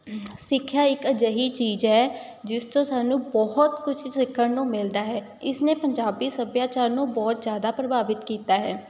ਸਿੱਖਿਆ ਇੱਕ ਅਜਿਹੀ ਚੀਜ਼ ਹੈ ਜਿਸ ਤੋਂ ਸਾਨੂੰ ਬਹੁਤ ਕੁਛ ਸਿੱਖਣ ਨੂੰ ਮਿਲਦਾ ਹੈ ਇਸਨੇ ਪੰਜਾਬੀ ਸੱਭਿਆਚਾਰ ਨੂੰ ਬਹੁਤ ਜ਼ਿਆਦਾ ਪ੍ਰਭਾਵਿਤ ਕੀਤਾ ਹੈ